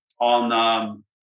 on